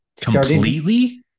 completely